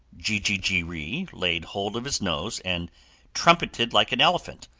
jijiji ri laid hold of his nose and trumpeted like an elephant,